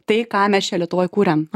tai ką mes čia lietuvoj kuriam